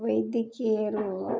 ವೈದ್ಯಕೀಯರೂ